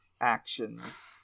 actions